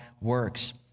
works